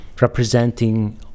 representing